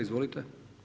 Izvolite.